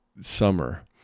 summer